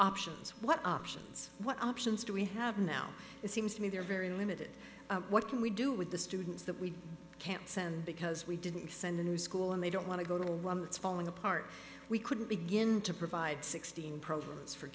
options what options what options do we have now it seems to me they're very limited what can we do with the students that we can't send because we didn't send the new school and they don't want to go to a woman it's falling apart we couldn't begin to provide sixteen